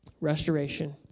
restoration